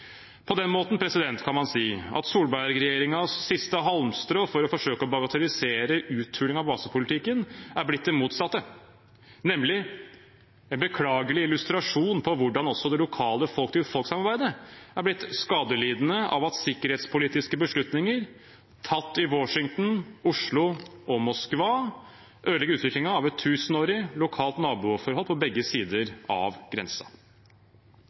På den måten kan man si at Solberg-regjeringens siste halmstrå for å forsøke å bagatellisere uthuling av basepolitikken er blitt det motsatte, nemlig en beklagelig illustrasjon av hvordan også det lokale folk-til-folk-samarbeidet er blitt skadelidende av at sikkerhetspolitiske beslutninger tatt i Washington, Oslo og Moskva ødelegger utviklingen av et tusenårig lokalt naboforhold på begge sider av